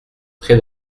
très